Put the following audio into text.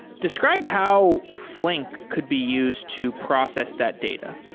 describe how flink could be used to process that data.